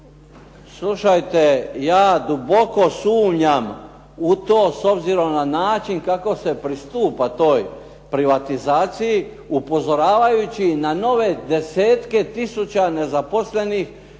Slušajte ja duboko sumnjam u to s obzirom na način kako se pristupa toj privatizaciji upozoravajući na nove desetke tisuća nezaposlenih